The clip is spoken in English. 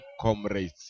comrades